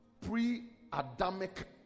pre-adamic